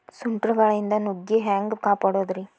ಸುಂಟರ್ ಗಾಳಿಯಿಂದ ನುಗ್ಗಿ ಹ್ಯಾಂಗ ಕಾಪಡೊದ್ರೇ?